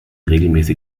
regelmäßig